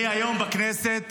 אני היום בכנסת